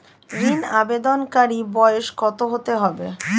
ঋন আবেদনকারী বয়স কত হতে হবে?